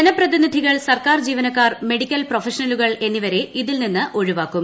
ജനപ്രതിനിധികൾ സർക്കാർ ജീവനക്കാർ മെഡിക്കൽ പ്രൊഫഷണലുകൾ എന്നിവരെ ഇതിൽ നിന്ന് ഒഴിവാക്കും